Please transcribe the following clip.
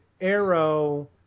arrow